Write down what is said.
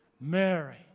Mary